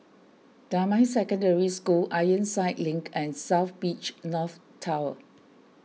Damai Secondary School Ironside Link and South Beach North Tower